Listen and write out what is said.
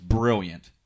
brilliant